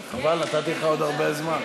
חבל, נתתי לך עוד הרבה זמן.